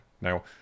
Now